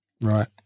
Right